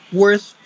worth